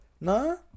No